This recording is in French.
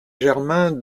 germain